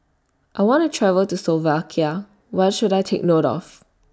I want to travel to Slovakia What should I Take note of